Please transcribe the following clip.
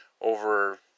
over